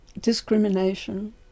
discrimination